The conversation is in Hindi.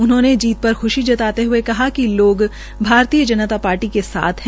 उन्होंने जीत पर ख्शी जताते हए कहा कि लोग भारतीय जनता पार्टी के साथ है